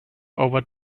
over